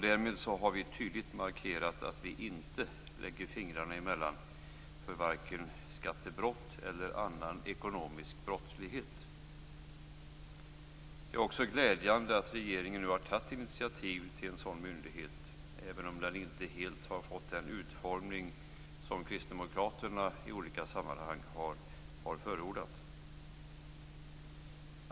Därmed har vi tydligt markerat att vi inte lägger fingrarna emellan för vare sig skattebrott eller annan ekonomisk brottslighet. Det är också glädjande att regeringen nu har tagit initiativ till en sådan myndighet, även om den inte helt har fått den utformning som Kristdemokraterna i olika sammanhang har förordat.